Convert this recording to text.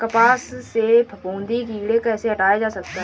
कपास से फफूंदी कीड़ा कैसे हटाया जा सकता है?